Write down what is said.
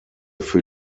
für